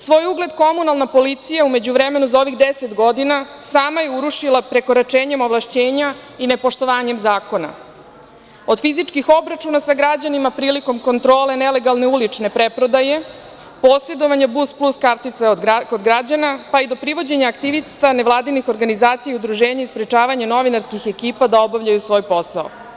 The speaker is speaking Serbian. Svoj ugled komunalna policija u međuvremenu za ovih 10 godina sama je urušila prekoračenjem ovlašćenja i nepoštovanjem zakona, od fizičkih obračuna sa građanima prilikom kontrole nelegalne ulične preprodaje, posedovanje bus-plus, kartica kod građana, pa i do privođenja aktivista nevladinih organizacija i udruženja i sprečavanje novinarskih ekipa da obavljaju svoje posao.